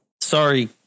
Sorry